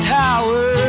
tower